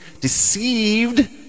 deceived